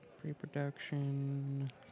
Pre-production